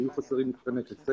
בגלל שהיו חסרים מתקני קצה,